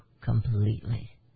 completely